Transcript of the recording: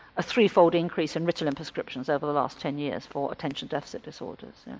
a threefold increase in ritalin prescriptions over the last ten years for attention deficit disorders. yeah